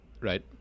Right